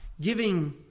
giving